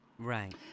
Right